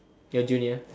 your junior